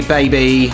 Baby